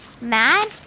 mad